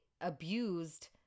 abused